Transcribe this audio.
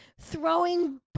Throwing